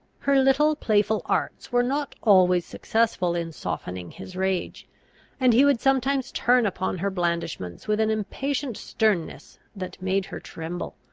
her little playful arts were not always successful in softening his rage and he would sometimes turn upon her blandishments with an impatient sternness that made her tremble.